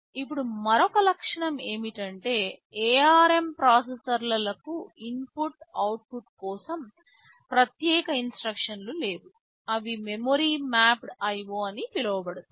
ఇప్పుడు మరొక లక్షణం ఏమిటంటే ARM ప్రాసెసర్లకు ఇన్పుట్ అవుట్పుట్inputoutput కోసం ప్రత్యేక ఇన్స్ట్రక్షన్లు లేవు అవి మెమరీ మ్యాప్డ్ IO అని పిలువబడతాయి